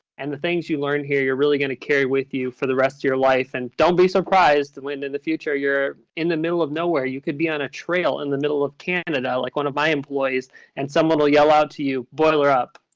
and the things you learn here, you're really going to carry with you for the rest of your life. and don't be surprised when in the future you're in the middle of nowhere, you could be on a trail in the middle of canada like one of my employees and someone will yell out to you, boiler up?